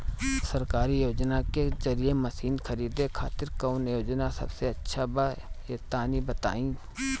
सरकारी योजना के जरिए मशीन खरीदे खातिर कौन योजना सबसे अच्छा बा तनि बताई?